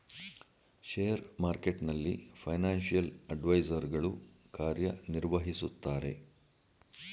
share ಮಾರ್ಕೆಟ್ನಲ್ಲಿ financial adviser ಗಳು ಕಾರ್ಯ ನಿರ್ವಹಿಸುತ್ತಾರೆ